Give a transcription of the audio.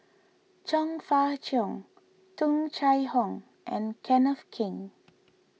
Chong Fah Cheong Tung Chye Hong and Kenneth Keng